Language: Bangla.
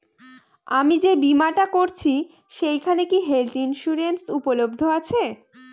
আমি যে বীমাটা করছি সেইখানে কি হেল্থ ইন্সুরেন্স উপলব্ধ আছে?